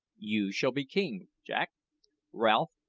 you shall be king, jack ralph,